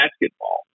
basketball